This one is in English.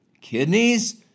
kidneys